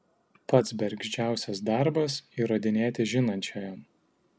pats bergždžiausias darbas įrodinėti žinančiajam